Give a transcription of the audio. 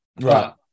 Right